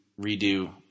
Redo